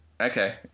Okay